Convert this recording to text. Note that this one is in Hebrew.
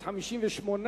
הצבעה.